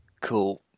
cool